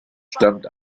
stammt